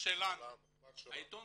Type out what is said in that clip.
שלנו,